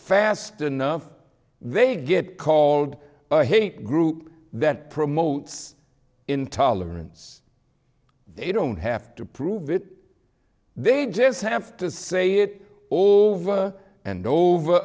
fast enough they get called a hate group that promotes intolerance they don't have to prove it they just have to say it all over and over